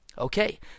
Okay